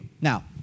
Now